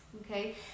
okay